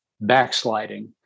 backsliding